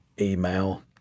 email